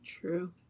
True